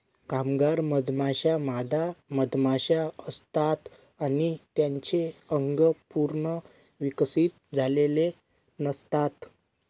कामगार मधमाश्या मादा मधमाशा असतात आणि त्यांचे अंग पूर्ण विकसित झालेले नसतात